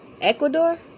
Ecuador